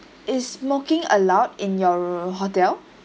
is smoking allowed in your room hotel